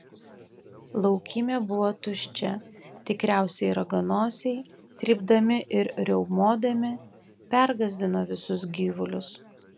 laukymė buvo tuščia tikriausiai raganosiai trypdami ir riaumodami pergąsdino visus gyvulius